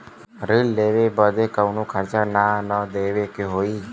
ऋण लेवे बदे कउनो खर्चा ना न देवे के होई?